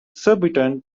surbiton